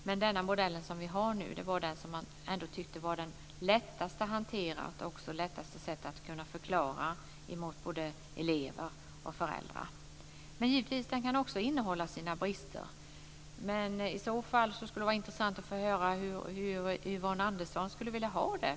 Men den modell som vi nu har var den som ändå var den lättaste att hantera. Det var också den modell som var lättast att förklara för både elever och föräldrar. Men det är klart att också den modellen kan innehålla brister. I så fall vore det intressant att få höra hur Yvonne Andersson skulle vilja ha det.